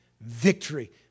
victory